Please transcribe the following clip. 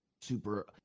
super—